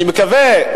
אני מקווה,